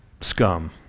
scum